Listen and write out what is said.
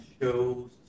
Shows